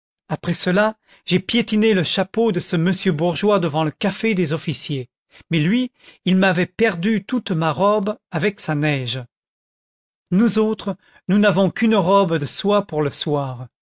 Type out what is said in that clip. après cela j'ai piétiné le chapeau de ce monsieur bourgeois devant le café des officiers mais lui il m'avait perdu toute ma robe avec sa neige nous autres nous n'avons qu'une robe de soie pour le soir